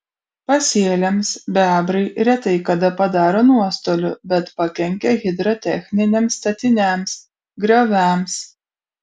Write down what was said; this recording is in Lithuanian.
pasėliams bebrai retai kada padaro nuostolių bet pakenkia hidrotechniniams statiniams grioviams